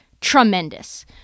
tremendous